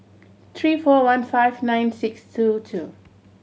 three four one five nine six two two